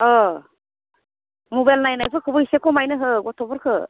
अ mobile नायनायफोरखौबो इसे खमायनो हो गथ'फोरखौ